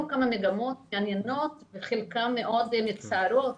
כמה מגמות מעניינות וחלקן מאוד מצערות.